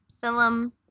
film